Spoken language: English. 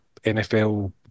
NFL